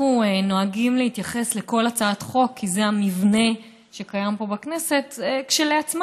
אנחנו נוהגים להתייחס לכל הצעת חוק כי זה המבנה שקיים פה בכנסת כשלעצמה.